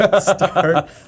start